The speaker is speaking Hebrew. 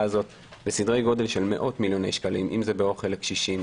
הזאת בסדרי גודל של מאות מיליוני שקלים אם זה באוכל לקשישים,